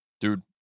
Dude